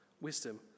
wisdom